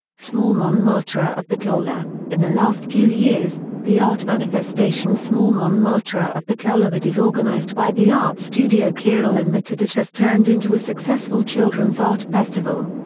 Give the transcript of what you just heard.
small monmartre of bitola in the last few years, the art manifestation small monmartre of bitola that is organized by the art studio kiril and metodij has turned into a successful children's art festival.